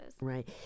Right